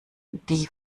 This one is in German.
die